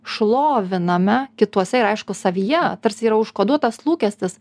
šloviname kituose ir aišku savyje tarsi yra užkoduotas lūkestis